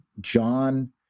John